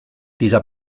dieser